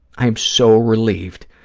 i am so relieved.